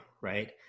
right